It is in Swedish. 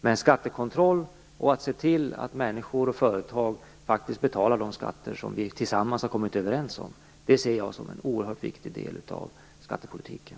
Men skattekontroll och att se till att människor och företag faktiskt betalar de skatter som vi tillsammans har kommit överens om, ser jag som en oerhört viktig del av skattepolitiken.